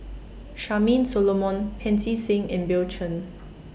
Charmaine Solomon Pancy Seng and Bill Chen